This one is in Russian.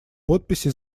подписи